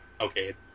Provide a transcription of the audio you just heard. okay